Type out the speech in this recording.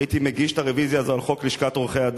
הייתי מגיש את הרוויזיה הזו על חוק לשכת עורכי-הדין,